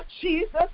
Jesus